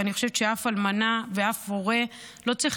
ואני חושבת שאף אלמנה ואף הורה לא צריכים